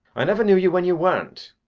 i never knew you when you weren't.